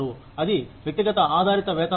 అది వ్యక్తిగత ఆధారిత వేతన వ్యవస్థ